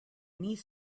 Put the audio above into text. niece